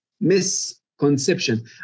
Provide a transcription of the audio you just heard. misconception